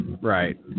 Right